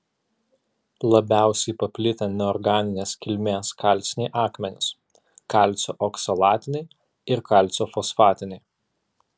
labiausiai paplitę neorganinės kilmės kalciniai akmenys kalcio oksalatiniai ir kalcio fosfatiniai